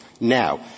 Now